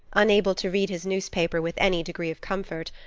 unable to read his newspaper with any degree of comfort,